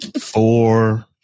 four